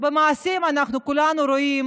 ובמעשים אנחנו כולנו רואים